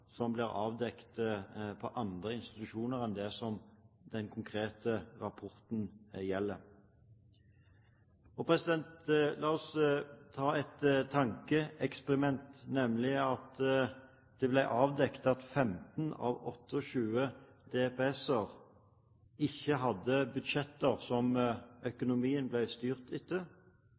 som blir avdekket i andre institusjoner enn i dem som den konkrete rapporten gjelder. La oss gjøre et tankeeksperiment. Om det hadde blitt avdekket at 15 av 28 DPS-er ikke hadde budsjetter som økonomien ble styrt etter,